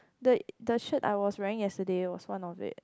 the the shirt I was wearing yesterday was one of it